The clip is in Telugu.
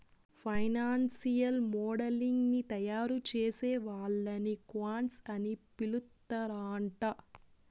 ఫైనాన్సియల్ మోడలింగ్ ని తయారుచేసే వాళ్ళని క్వాంట్స్ అని పిలుత్తరాంట